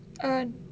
err